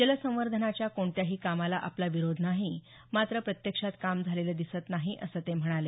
जलसंवर्धनाच्या कोणत्याही कामाला आपला विरोध नाही मात्र प्रत्यक्षात काम झालेलं दिसत नाही असं ते म्हणाले